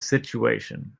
situation